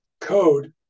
code